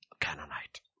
Canaanite